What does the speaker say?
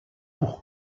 pour